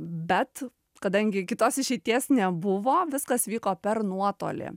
bet kadangi kitos išeities nebuvo viskas vyko per nuotolį